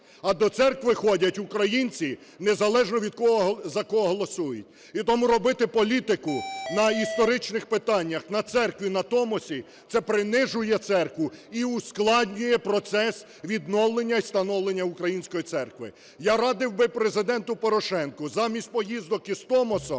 а до церкви ходять українці, незалежно за кого голосують. І тому робити політику на історичних питаннях, на церкві, на Томосі – це принижує церкву і ускладнює процес відновлення і становлення української церкви. Я радив би Президенту Порошенку, замість поїздок із Томосом,